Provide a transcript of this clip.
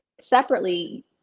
separately